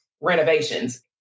renovations